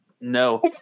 No